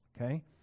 okay